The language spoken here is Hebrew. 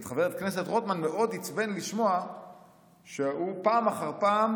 את חבר הכנסת רוטמן מאוד עיצבן לשמוע שפעם אחר פעם